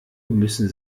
müssen